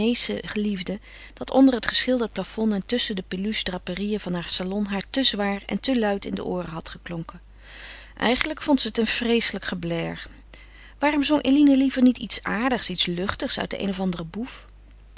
geliefden dat onder het geschilderd plafond en tusschen de peluche draperieën van haar salon haar te zwaar en te luid in de ooren had geklonken eigenlijk vond ze het een vreeselijk geblèr waarom zong eline liever niet iets aardigs iets luchtigs uit de een of andere bouffe